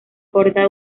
corta